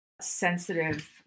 sensitive